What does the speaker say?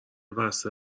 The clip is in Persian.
بسته